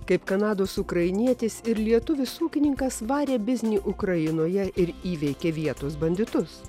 kaip kanados ukrainietis ir lietuvis ūkininkas varė biznį ukrainoje ir įveikė vietos banditus